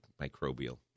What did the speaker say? microbial